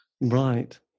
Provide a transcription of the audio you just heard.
Right